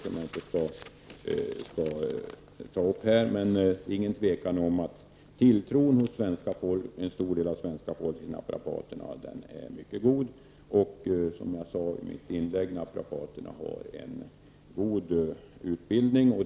Det är alltså inget tvivel om att tilltron till naprapaterna hos det svenska folket är mycket stor. Som jag sade i mitt första inlägg har naprapaterna en god utbildning.